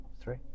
three